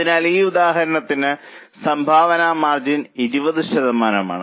അതിനാൽ ഈ ഉദാഹരണത്തിന് സംഭാവന മാർജിൻ 20 ശതമാനമാണ്